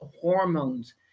hormones